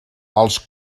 als